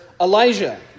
Elijah